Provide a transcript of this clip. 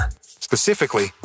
Specifically